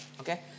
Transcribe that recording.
okay